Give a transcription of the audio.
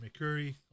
McCurry